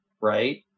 right